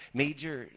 major